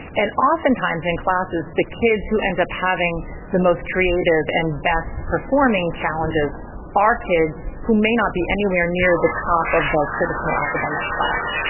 and oftentimes in classes the kids who end up having the most creative and best performing challenges are kids who may not be anywhere near the top of the traditional academic class.